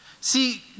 See